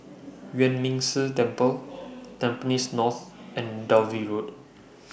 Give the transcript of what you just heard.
Yuan Ming Si Temple Tampines North and Dalvey Road